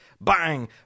bang